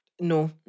no